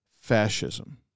fascism